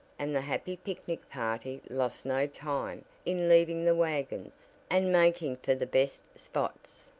and the happy picnic party lost no time in leaving the wagons, and making for the best spots.